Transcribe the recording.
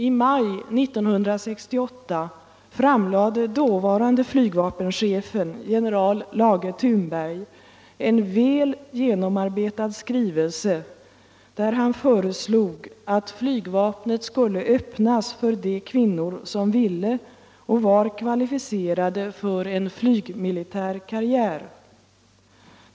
I maj 1968 framlade dåvarande flygvapenchefen, general Lage Thunberg, en väl genomarbetad skrivelse där han föreslog att flygvapnet skulle öppnas för de kvinnor som ville och var kvalificerade för en flygmilitär karriär.